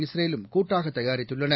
இஸ்ரேலும் கூட்டாக தயாரித்துள்ளன